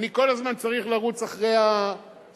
אני כל הזמן צריך לרוץ אחרי השוכר,